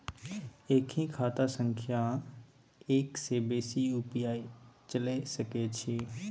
एक ही खाता सं एक से बेसी यु.पी.आई चलय सके छि?